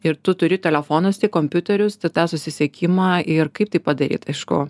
ir tu turi telefonus tik kompiuterius tik tą susisiekimą ir kaip tai padaryt aišku